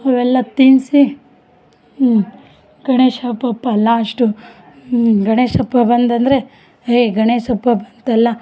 ಅವೆಲ್ಲ ತಿನ್ನಿಸಿ ಗಣೇಶ ಹಬ್ಬಪ ಲಾಸ್ಟು ಗಣೇಶಹಬ್ಬ ಬಂದಂದರೆ ಎ ಗಣೇಶಹಬ್ಬ ಬಂತಲ್ಲ